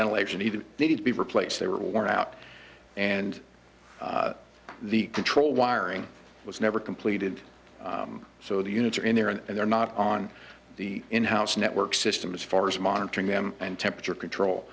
ventilation even needed to be replace they were worn out and the control wiring was never completed so the units are in there and they're not on the in house network system as far as monitoring them and temperature control